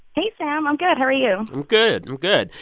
hey, sam. i'm good. how are you? i'm good. i'm good.